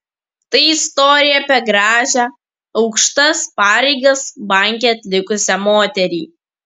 tai istorija apie gražią aukštas pareigas banke atlikusią moterį